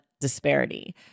disparity